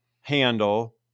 handle